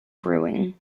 brewing